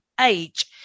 age